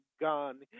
gun